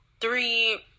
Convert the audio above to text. three